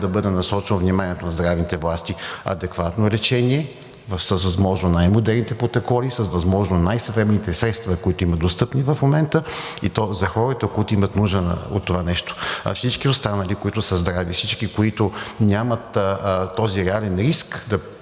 да бъде насочено вниманието на здравните власти – адекватно лечение с възможно най-модерните протоколи, с възможно най-съвременните средства, които има достъпни в момента, и то за хората, които имат нужда от това нещо. А всички останали, които са здрави, всички, които нямат този реален риск да